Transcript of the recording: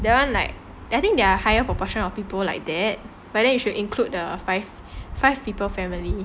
that one like I think there are higher proportion of people like that but then you should include the five five people family